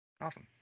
Awesome